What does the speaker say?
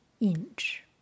inch